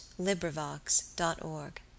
LibriVox.org